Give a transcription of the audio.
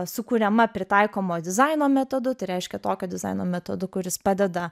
sukuriama pritaikoma dizaino metodu tai reiškia tokio dizaino metodu kuris padeda